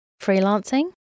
Freelancing